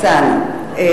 רוצה אני לציין,